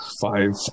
five